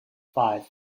five